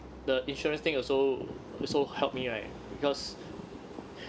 the insurance thing also also helped me right because